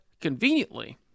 conveniently